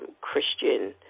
Christian